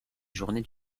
journées